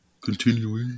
Continuing